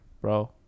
bro